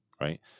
right